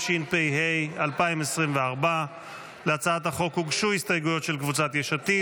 התשפ"ה 2024. להצעת החוק הוגשו הסתייגויות של קבוצת סיעת יש עתיד,